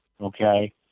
Okay